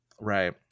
Right